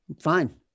Fine